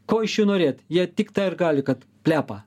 ko iš jų norėt jie tik tą ir gali kad plepa